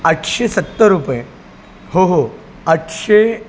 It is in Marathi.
आठशे सत्तर रुपये हो हो आठशे